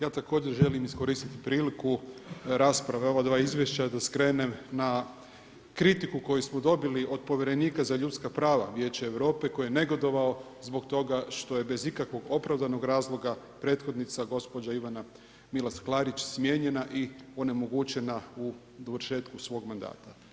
Ja također želim iskoristiti priliku rasprave ova dva izvješća da skrenem na kritiku koju smo dobili od povjerenika za ljudska prava Vijeća Europe koji je negodovao zbog toga što je bez ikakvog opravdanog razloga prethodnica, gospođa Ivana Milas-Klarić smijenjena i onemogućena u dovršetku svog mandata.